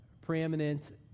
preeminent